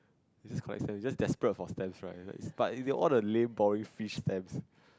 you just collect stamps you just desperate for stamps right but all the lame boring fish stamps